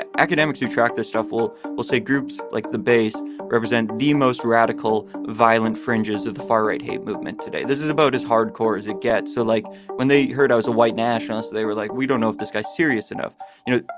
academics who track this stuff. well, we'll say groups like the base represent the most radical violent fringes of the far right hate movement today. this is about as hardcore as it gets. so like when they heard i was a white nationalist, they were like, we don't know if this guy's serious enough you know,